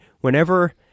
whenever